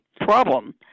problem